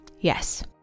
Yes